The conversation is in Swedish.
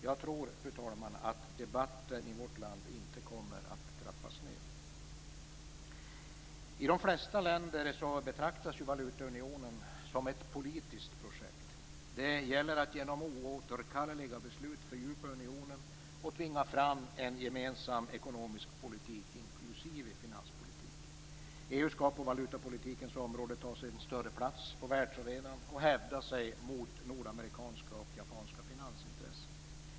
Jag tror, fru talman, att debatten i vårt land inte kommer att trappas ned. I de flesta länder betraktas valutaunionen som ett politiskt projekt. Det gäller att genom oåterkalleliga beslut fördjupa unionen och tvinga fram en gemensam ekonomisk politik, inklusive finanspolitik. EU skall på valutapolitikens område ta sig en större plats på världsarenan och hävda sig mot nordamerikanska och japanska finansintressen.